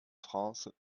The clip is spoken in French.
france